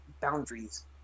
boundaries